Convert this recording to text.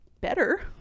better